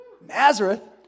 Nazareth